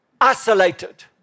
isolated